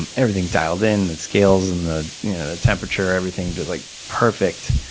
and everything dialed in, the scales and the temperature, everything just like perfect.